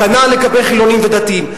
כנ"ל לגבי חילונים ודתיים.